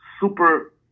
super